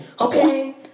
okay